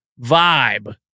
vibe